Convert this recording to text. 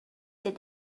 that